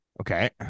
Okay